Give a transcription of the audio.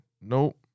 Nope